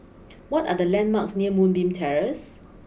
what are the landmarks near Moonbeam Terrace